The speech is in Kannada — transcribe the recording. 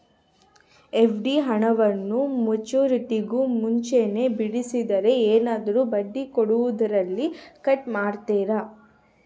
ಎಫ್.ಡಿ ಹಣವನ್ನು ಮೆಚ್ಯೂರಿಟಿಗೂ ಮುಂಚೆನೇ ಬಿಡಿಸಿದರೆ ಏನಾದರೂ ಬಡ್ಡಿ ಕೊಡೋದರಲ್ಲಿ ಕಟ್ ಮಾಡ್ತೇರಾ?